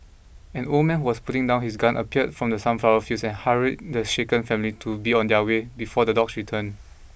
an old man who was putting down his gun appeared from the sunflower fields and hurried the shaken family to be on their way before the dogs return